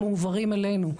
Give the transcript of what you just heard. מועברים אלינו,